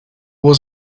was